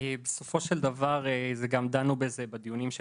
בסופו של דבר גם דנו בזה בדיונים של